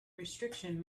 restriction